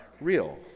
real